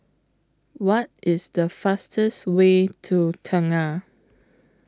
What IS The fastest Way to Tengah